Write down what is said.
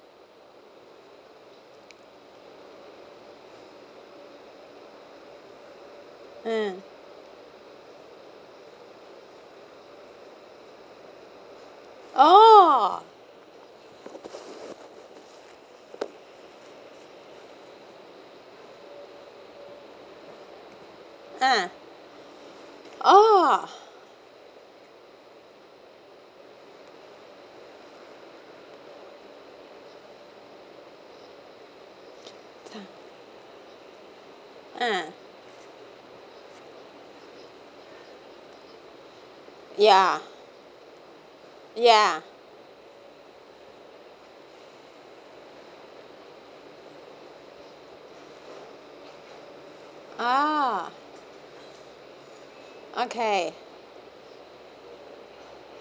uh oh uh oh uh ya ya oh okay